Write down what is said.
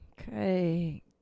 Okay